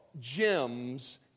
gems